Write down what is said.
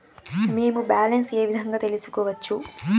మేము బ్యాలెన్స్ ఏ విధంగా తెలుసుకోవచ్చు?